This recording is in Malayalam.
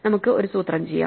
നമുക്ക് ഒരു സൂത്രം ചെയ്യാം